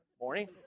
morning